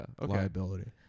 Liability